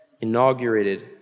Inaugurated